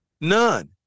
None